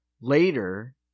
Later